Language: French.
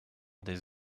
des